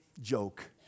joke